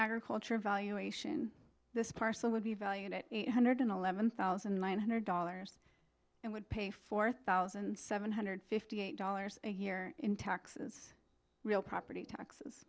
agriculture evaluation this parcel would be valued at eight hundred eleven thousand nine hundred dollars and would pay four thousand seven hundred fifty eight dollars a year in taxes real property taxes